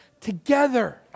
together